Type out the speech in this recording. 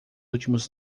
últimos